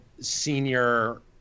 senior